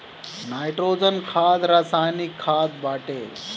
nitrogen खाद रासायनिक खाद बाटे